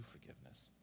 forgiveness